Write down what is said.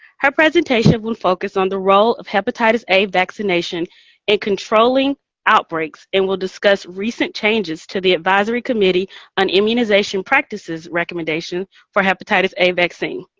her presentation will focus on the role of hepatitis a vaccination in controlling outbreaks and will discuss recent changes to the advisory committee on immunization practices recommendation for hepatitis a vaccine.